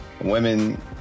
women